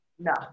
No